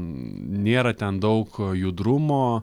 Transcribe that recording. nėra ten daug judrumo